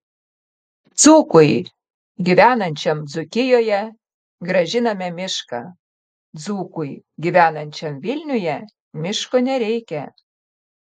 dzūkui gyvenančiam dzūkijoje grąžiname mišką dzūkui gyvenančiam vilniuje miško nereikia